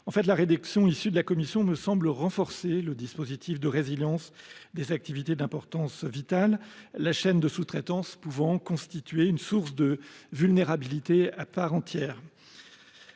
par la commission spéciale me semblait pourtant renforcer le dispositif de résilience des activités d’importance vitale, la chaîne de sous traitance pouvant constituer une source de vulnérabilité à part entière.